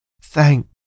Thank